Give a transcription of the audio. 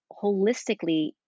holistically